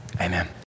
amen